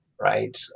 right